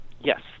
Yes